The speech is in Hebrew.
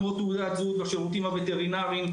כמו תעודת זהות בשירותים הווטרינריים.